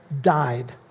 died